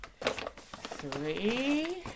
three